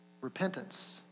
repentance